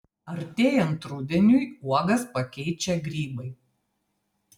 artėjant rudeniui uogas pakeičia grybai